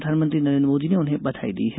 प्रधानमंत्री नरेन्द्र मोदी ने उन्हें बधाई दी है